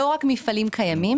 לא רק מפעלים קיימים,